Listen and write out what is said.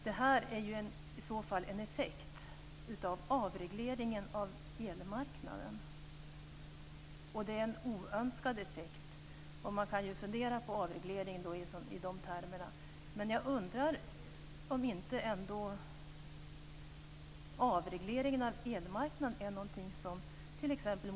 Det är i så fall en effekt av avregleringen av elmarknaden. Det är en oönskad effekt. I den situationen kan man ju fundera på avregleringen. Men jag undrar om inte avregleringen av elmarknaden är någonting som t.ex.